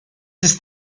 ist